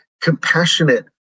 compassionate